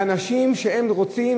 באנשים שהם רוצים,